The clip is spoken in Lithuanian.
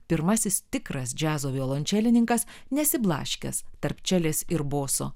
pirmasis tikras džiazo violončelininkas nesiblaškęs tarp čelės ir boso